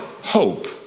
Hope